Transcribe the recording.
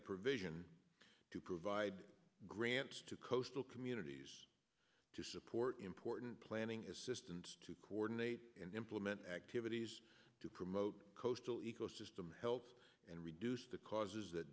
a provision to provide grants to coastal communities to support important planning assistance to coordinate and implement activities to promote coastal ecosystem health and reduce the causes that